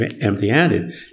empty-handed